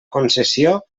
concessió